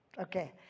Okay